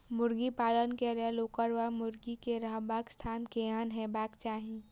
मुर्गी पालन केँ लेल ओकर वा मुर्गी केँ रहबाक स्थान केहन हेबाक चाहि?